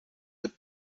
did